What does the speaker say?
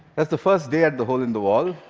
that's the first day at the hole in the wall.